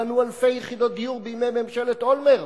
בנו אלפי יחידות דיור בימי ממשלת אולמרט.